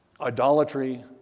Idolatry